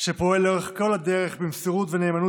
שפועל לאורך כל הדרך במסירות ונאמנות